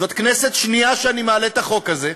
זאת הכנסת השנייה שאני מעלה את החוק הזה.